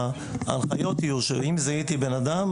ההנחיות יהיו שאם זיהיתי אדם,